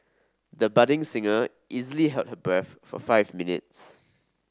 the budding singer easily held her breath for five minutes